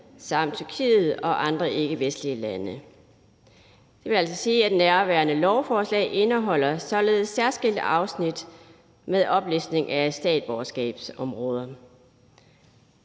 samt Tyrkiet og andre ikkevestlige lande. Det vil altså sige, at nærværende lovforslag indeholder særskilte afsnit med oplistning af statsborgerskabsområder.